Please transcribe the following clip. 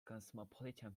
cosmopolitan